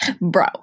Bro